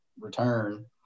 return